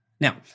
Now